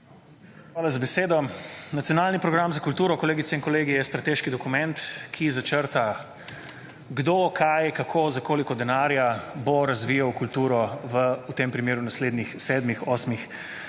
Hvala za besedo. Nacionalni program za kulturo kolegice in kolegi je strateški dokument, ki začrta kdo, kaj, kako, za koliko denarja bo razvijal kulturo v tem primeru naslednjih 7, 8 letih,